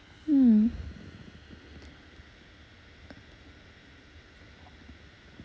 mmhmm